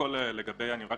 אני רק